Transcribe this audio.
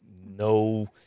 no